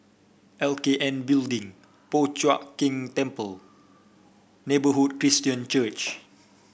L K N Building Po Chiak Keng Temple Neighbourhood Christian Church